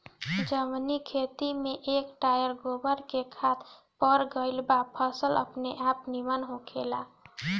जवनी खेत में एक टायर गोबर के खाद पड़ गईल बा फसल अपनेआप निमन होखेला